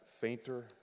fainter